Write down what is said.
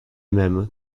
mêmes